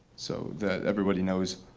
so that everybody knows